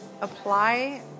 apply